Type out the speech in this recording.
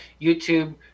YouTube